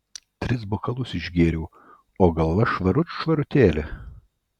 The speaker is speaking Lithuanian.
tris bokalus išgėriau o galva švarut švarutėlė